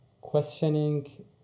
questioning